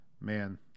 man